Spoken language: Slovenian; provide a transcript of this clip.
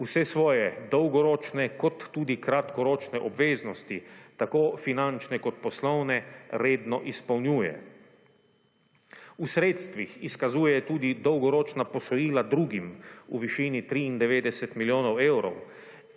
Vse svoje dolgoročne kot tudi kratkoročne obveznosti tako finančne kot poslovne redno izpolnjuje. V sredstvih izkazuje tudi dolgoročna posojila drugim v višini 93 milijonov evrov